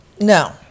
no